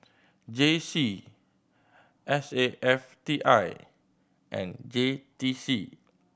J C S A F T I and J T C